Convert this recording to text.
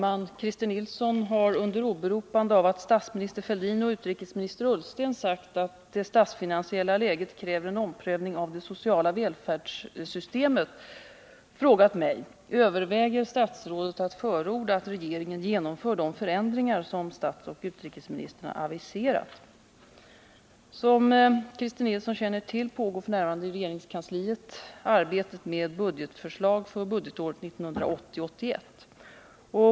Christer Nilsson har under åberopande av att statsministern Fälldin och utrikesminister Ullsten sagt att det statsfinansiella läget kräver en omprövning av det sociala välfärdssystemet frågat mig: Överväger statsrådet att förorda att regeringen genomför de förändringar som statsoch utrikesministrarna aviserat? Som Christer Nilsson känner till pågår f. n. i regeringskansliet arbetet med budgetförslag för budgetåret 1980/81.